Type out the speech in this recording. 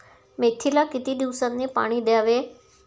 मेथीला किती दिवसांनी पाणी द्यावे?